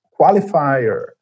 qualifier